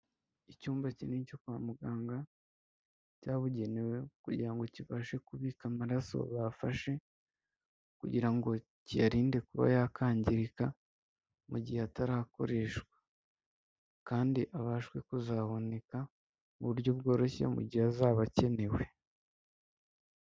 Icyumba kinini cyo kwa muganga cyabugenewe kugira ngo kibashe kubika amaraso bafashe, kugira ngo kiyarinde kuba yakangirika mu gihe atarakoreshwa, kandi abashwe kuzaboneka mu buryo bworoshye mu gihe azaba akenewe.